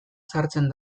sartzen